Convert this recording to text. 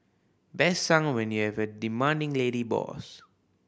best sung when you have a demanding lady boss